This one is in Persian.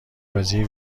بازی